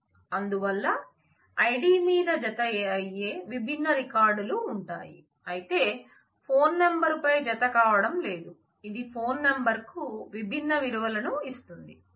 అందువల్ల ఐడిమీద జత అయ్యే విభిన్న రికార్డ్ లు ఉంటాయి అయితే ఫోన్ నెంబరుపై జత కావడం లేదు ఇది ఫోన్ నెంబరు కు విభిన్న విలువలను ఇస్తుంది